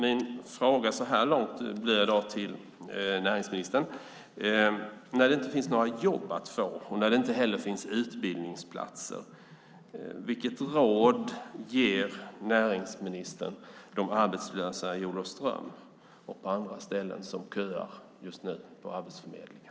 Min fråga till näringsministern blir: När det inte finns några jobb att få, när det inte heller finns utbildningsplatser, vilket råd ger näringsministern de arbetslösa i Olofström och på andra ställen som just nu köar på Arbetsförmedlingen?